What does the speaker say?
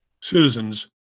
citizens